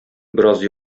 бераз